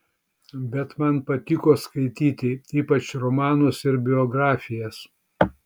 bet man patiko skaityti ypač romanus ir biografijas